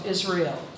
Israel